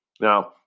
Now